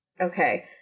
Okay